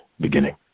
beginning